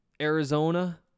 Arizona